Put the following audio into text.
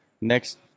next